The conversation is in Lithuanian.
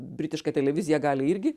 britišką televiziją gali irgi